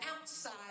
outside